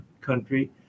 country